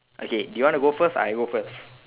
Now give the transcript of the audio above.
okay do you want to go first or I go first